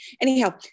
Anyhow